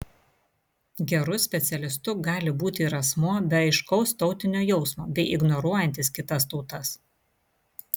geru specialistu gali būti ir asmuo be aiškaus tautinio jausmo bei ignoruojantis kitas tautas